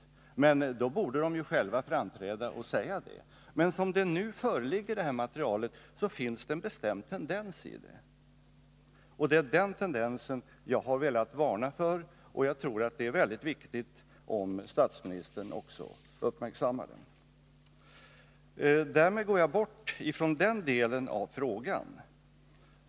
I så fall borde de själva framträda och säga det. Men som detta material nu föreligger finns det en bestämd tendens i det, och det är den tendensen jag har velat varna för, och jag tror det är mycket viktigt att statsministern också uppmärksammar det. Därmed lämnar jag den delen av frågan.